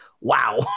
wow